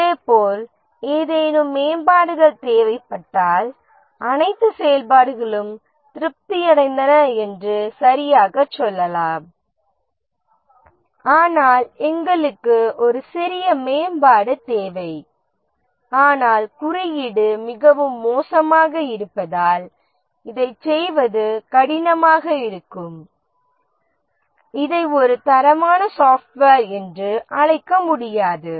இதேபோல் ஏதேனும் மேம்பாடுகள் தேவைப்பட்டால் அனைத்து செயல்பாடுகளும் திருப்தியடைந்தன என்று சரியாகச் சொல்லலாம் ஆனால் எங்களுக்கு ஒரு சிறிய மேம்பாடு தேவை ஆனால் குறியீடு மிகவும் மோசமாக இருப்பதால் இதைச் செய்வது கடினமாக இருக்கும் இதை ஒரு தரமான சாஃப்ட்வேர் என்று அழைக்க முடியாது